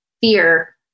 fear